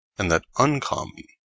and that uncommon,